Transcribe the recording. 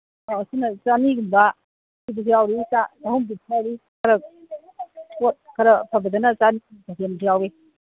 ꯑꯧ ꯁꯤꯅ ꯆꯥꯅꯤꯒꯨꯝꯕ ꯄꯤꯕꯁꯨ ꯌꯥꯎꯔꯤ ꯆꯍꯨꯝꯄꯤꯕꯁꯨ ꯌꯥꯎꯔꯤ ꯈꯔ ꯄꯣꯠ ꯈꯔ ꯐꯕꯗꯅ ꯌꯥꯎꯋꯤ